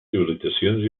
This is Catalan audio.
civilitzacions